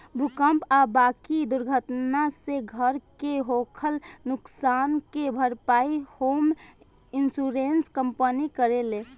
भूकंप आ बाकी दुर्घटना से घर के होखल नुकसान के भारपाई होम इंश्योरेंस कंपनी करेले